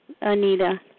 Anita